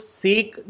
seek